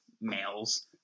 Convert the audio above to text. males